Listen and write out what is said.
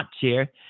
chair